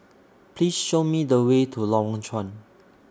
Please Show Me The Way to Lorong Chuan